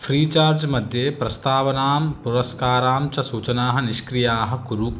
फ़्रीचार्ज्मध्ये प्रस्तावनां पुरस्कारां च सूचनाः निष्क्रियाः कुरु